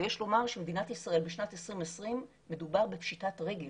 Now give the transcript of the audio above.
ויש לומר שבמדינת ישראל בשנת 2020 מדובר בפשיטת רגל,